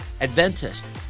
Adventist